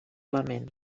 lament